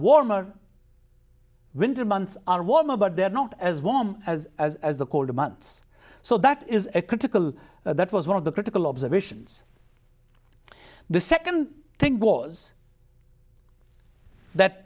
warmer winter months are warmer but they're not as warm as the colder months so that is a critical that was one of the critical observations the second thing was that